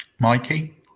Mikey